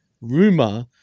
rumor